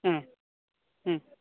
ಹ್ಞೂ ಹ್ಞೂ